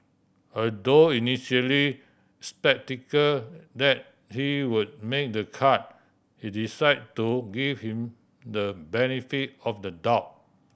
although initially sceptical that he would make the cut he decide to give him the benefit of the doubt